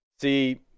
see